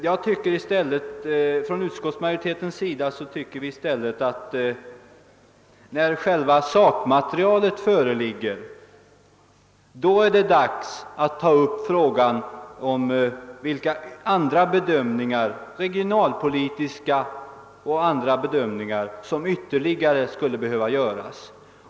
Vi som tillhör majoriteten inom utskottet anser att det, när sakmaterialet föreligger, är dags att ta upp frågan om vilka regionalpolitiska och andra bedömningar som ytterligare skulle behöva göras.